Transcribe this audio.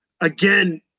again